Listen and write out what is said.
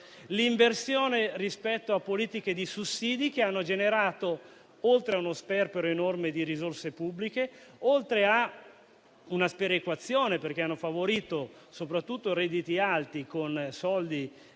un'inversione rispetto a quelle politiche di sussidi che hanno generato non solo uno sperpero enorme di risorse pubbliche, ma anche una sperequazione, perché hanno favorito soprattutto i redditi alti, con i soldi